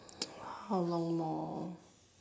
how long more